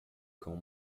cão